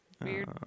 Weird